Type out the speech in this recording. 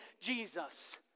Jesus